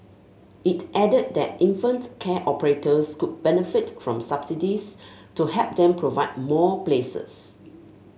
it added that infant care operators could benefit from subsidies to help them provide more places